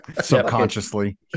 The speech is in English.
subconsciously